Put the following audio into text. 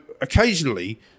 occasionally